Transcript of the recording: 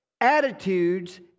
attitudes